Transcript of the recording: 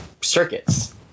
circuits